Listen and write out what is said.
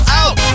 out